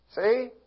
See